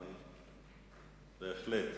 בהחלט.